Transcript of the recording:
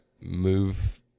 move